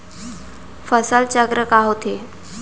फसल चक्र का होथे?